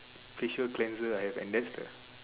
facial cleanser I have and that's the